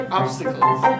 obstacles